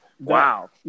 Wow